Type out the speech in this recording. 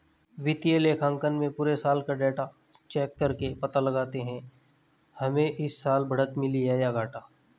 वित्तीय लेखांकन में पुरे साल का डाटा चेक करके पता लगाते है हमे इस साल बढ़त मिली है या घाटा